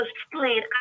explain